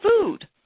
food